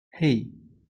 hey